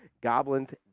goblins